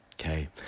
Okay